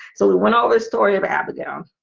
so we went our story of abigail